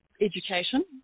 education